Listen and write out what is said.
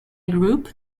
group